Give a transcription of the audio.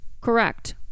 Correct